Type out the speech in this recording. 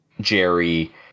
Jerry